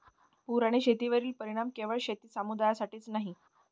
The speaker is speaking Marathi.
पूर आणि शेतीवरील परिणाम केवळ शेती समुदायासाठीच नाही